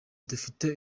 dufite